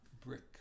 brick